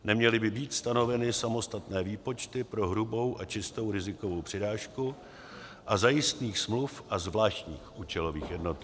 Neměly by být stanoveny samostatné výpočty pro hrubou a čistou rizikovou přirážku u zajistných smluv a zvláštních účelových jednotek.